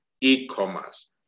e-commerce